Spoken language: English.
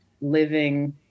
living